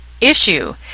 issue